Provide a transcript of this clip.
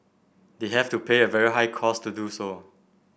they have to pay a very high cost to do so